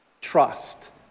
trust